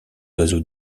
oiseaux